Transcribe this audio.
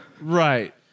Right